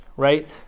right